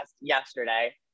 yesterday